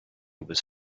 was